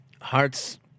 Hearts